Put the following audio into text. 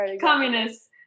communists